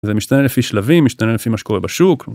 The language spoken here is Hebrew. זה משתנה לפי שלבים, משתנה לפי מה שקורה בשוק.